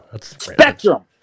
Spectrum